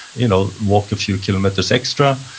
you know walk a few kilometers extra,